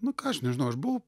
nu ką aš nežinau aš buvau